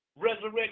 resurrection